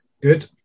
Good